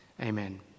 Amen